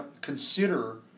consider